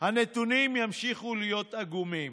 הנתונים ימשיכו להיות עגומים.